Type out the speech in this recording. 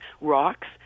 rocks